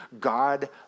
God